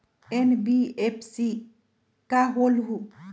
NBFC का होलहु?